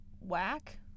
whack